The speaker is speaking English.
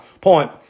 point